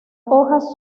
hojas